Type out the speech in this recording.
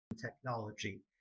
technology